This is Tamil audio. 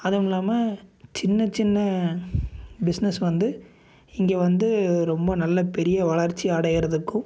அதுவும் இல்லாமல் சின்ன சின்ன பிஸ்னஸ் வந்து இங்கே வந்து ரொம்ப நல்ல பெரிய வளர்ச்சி அடைகிறதுக்கும்